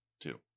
two